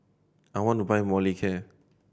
I want to buy Molicare